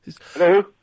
Hello